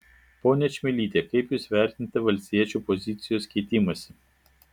ponia čmilyte kaip jūs vertinate valstiečių pozicijos keitimąsi